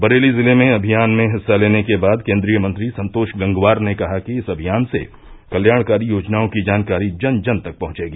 बरेली जिले में अभियान में हिस्सा लेने के बाद केन्द्रीय मंत्री संतोष गंगवार ने कहा कि इस अभियान से कल्याणकारी योजनाओं की जानकारी जन जन तक पहंचेगी